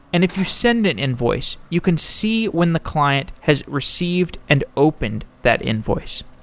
and if you send an invoice, you can see when the client has received and opened that invoice.